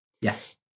yes